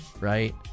right